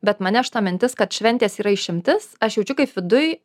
bet mane šita mintis kad šventės yra išimtis aš jaučiu kaip viduj